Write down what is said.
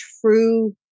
true